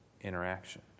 interaction